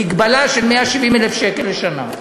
במגבלה של 170,000 שקל לשנה.